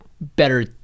better